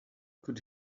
could